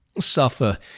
suffer